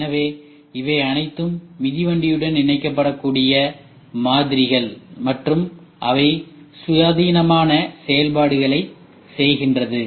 எனவே இவை அனைத்தும் மிதிவண்டியுடன் இணைக்கப்படக்கூடிய மாதிரிகள் மற்றும் அவை சுயாதீனமான செயல்பாடுகளைச் செய்கிறது